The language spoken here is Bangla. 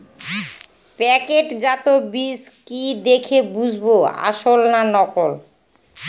প্যাকেটজাত বীজ কি দেখে বুঝব আসল না নকল?